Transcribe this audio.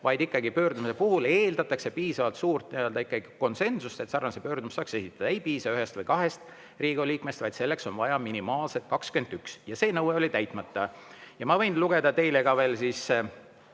vaid ikkagi pöördumise puhul eeldatakse piisavalt suurt konsensust, et pöördumise saaks esitada. Ei piisa ühest või kahest Riigikogu liikmest, vaid selleks on vaja minimaalselt 21, ja see nõue oli täitmata. Ma võin lugeda teile ka veel siis